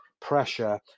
pressure